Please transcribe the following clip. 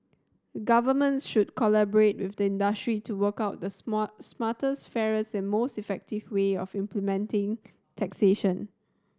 governments should collaborate with the industry to work out the small smartest fairest and most effective way of implementing taxation